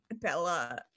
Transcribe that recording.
Bella